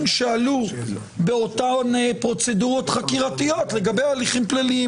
שעלו באותן פרוצדורות חקירתיות לגבי הליכים פליליים?